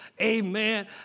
Amen